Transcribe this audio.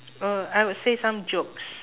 oh I would say some jokes